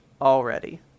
already